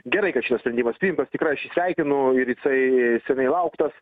gerai kad šitas sprendimas priimtas tikrai aš jį sveikinu ir jisai seniai lauktas